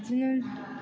बिदिनो